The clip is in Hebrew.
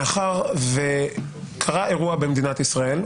מאחר שקרה אירוע במדינת ישראל,